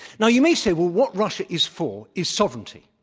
now, you may say, well, what russia is for is sovereignty.